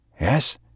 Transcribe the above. Yes